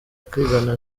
akizana